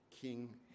King